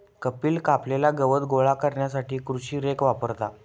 कपिल कापलेला गवत गोळा करण्यासाठी कृषी रेक वापरता